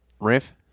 Riff